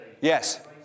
Yes